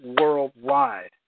worldwide